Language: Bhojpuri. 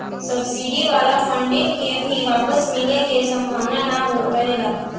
सब्सिडी वाला फंडिंग के भी वापस मिले के सम्भावना ना रहेला